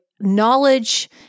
knowledge